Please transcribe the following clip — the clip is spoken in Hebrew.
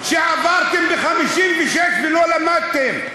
שעברתם ב-1956, ולא למדתם.